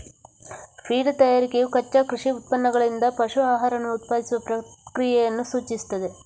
feed ತಯಾರಿಕೆಯು ಕಚ್ಚಾ ಕೃಷಿ ಉತ್ಪನ್ನಗಳಿಂದ ಪಶು ಆಹಾರವನ್ನು ಉತ್ಪಾದಿಸುವ ಪ್ರಕ್ರಿಯೆಯನ್ನು ಸೂಚಿಸುತ್ತದೆ